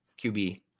QB